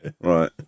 Right